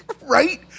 Right